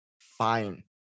Fine